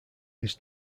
his